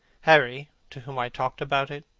harry, to whom i talked about it,